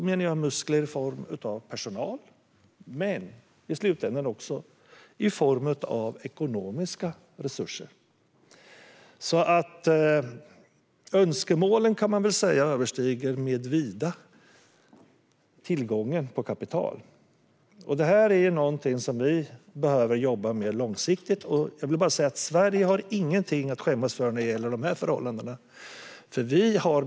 Med muskler menar jag personal men i slutänden också ekonomiska resurser. Man kan säga att önskemålen vida överstiger tillgången på kapital. Och det är något som vi behöver jobba med långsiktigt. Sverige har ingenting att skämmas för när det gäller de förhållandena.